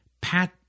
Pat